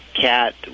cat